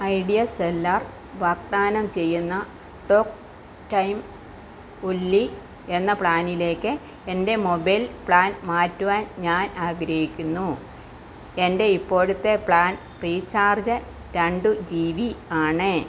idea cellular വാഗ്ദാനം ചെയ്യുന്ന talk time ഒല്ലി എന്ന പ്ലാനിലേക്ക് എൻ്റെ മൊബൈൽ പ്ലാൻ മാറ്റുവാൻ ഞാൻ ആഗ്രഹിക്കുന്നു എൻ്റെ ഇപ്പോഴത്തെ പ്ലാൻ റീചാർജ് രണ്ടു ജി വി ആണ്